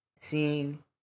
Seeing